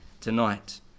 tonight